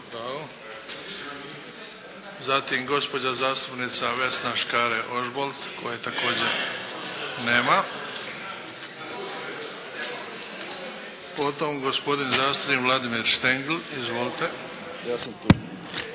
Zatim, gospođa zastupnica Vesna Škare Ožbolt, koje također nema. Potom gospodin zastupnik Vladimir Štengl. Izvolite. **Štengl,